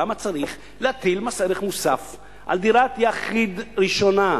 למה צריך להטיל מס ערך מוסף על דירת יחיד ראשונה?